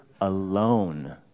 alone